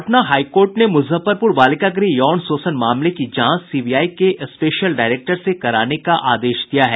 Patna high court ने मुजफ्फरपुर बालिका गृह यौन शोषण मामले की जांच सीबीआई के स्पेशल डायरेक्टर से कराने का आदेश दिया है